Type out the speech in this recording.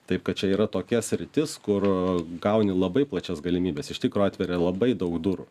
taip kad čia yra tokia sritis kur gauni labai plačias galimybes iš tikro atveria labai daug durų